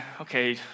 okay